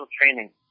training